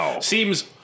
seems